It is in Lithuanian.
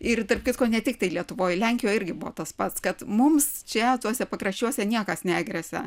ir tarp kitko ne tiktai lietuvoj lenkijoj irgi buvo tas pats kad mums čia tuose pakraščiuose niekas negresia